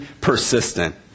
persistent